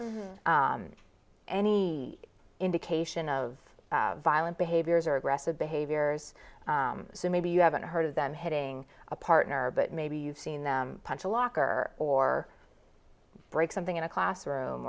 any indication of violent behaviors or aggressive behaviors so maybe you haven't heard of them hitting a partner but maybe you've seen them punch a locker or break something in a classroom